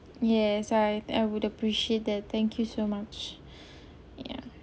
yes I I would appreciate that thank you so much ya